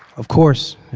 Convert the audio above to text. of course,